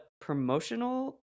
promotional